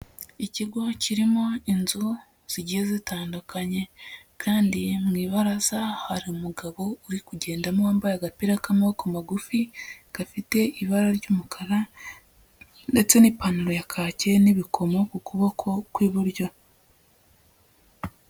Ikigo kirimo inzu zigiye zitandukanye kandi mu ibaraza hari umugabo uri kugendamo wambaye agapira k'amaboko magufi gafite ibara ry'umukara ndetse n'ipantaro ya kaki n'ibikomo ku kuboko kw'iburyo.